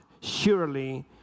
Surely